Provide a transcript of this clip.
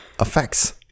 effects